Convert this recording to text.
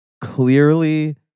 clearly